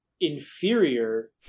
inferior